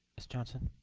ms johnson.